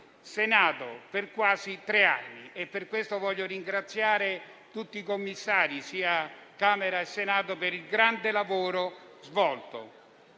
Senato per quasi tre anni. Per questo voglio ringraziare tutti i commissari, sia della Camera sia del Senato, per il grande lavoro svolto.